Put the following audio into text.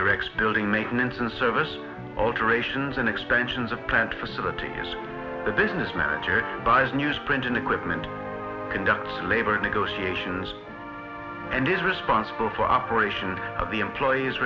directs building maintenance and service alterations and expansions of plant for city is the business manager newsprint and equipment conducts labor negotiations and is responsible for operations of the employees